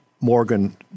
Morgan